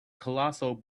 colossal